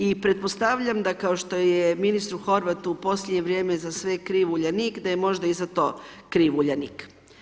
I pretpostavljam da kao što je ministru Horvatu u posljednje vrijeme za sve kriv Uljanik, da je možda i za to kriv Uljanik.